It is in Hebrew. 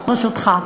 ברשותך.